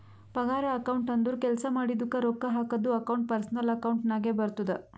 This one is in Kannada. ಪಗಾರ ಅಕೌಂಟ್ ಅಂದುರ್ ಕೆಲ್ಸಾ ಮಾಡಿದುಕ ರೊಕ್ಕಾ ಹಾಕದ್ದು ಅಕೌಂಟ್ ಪರ್ಸನಲ್ ಅಕೌಂಟ್ ನಾಗೆ ಬರ್ತುದ